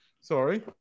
Sorry